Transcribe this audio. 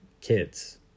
kids